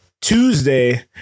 Tuesday